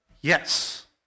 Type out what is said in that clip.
Yes